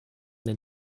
den